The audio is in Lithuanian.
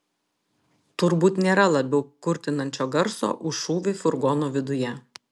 turbūt nėra labiau kurtinančio garso už šūvį furgono viduje